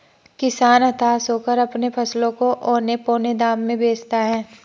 किसान हताश होकर अपने फसलों को औने पोने दाम में बेचता है